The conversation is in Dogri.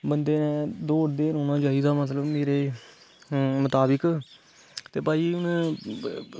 बंदे ने दोडदे रौहना चाहिदा मतलब कि मेरे मुताविक ते भाई हून